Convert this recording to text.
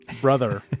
Brother